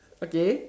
okay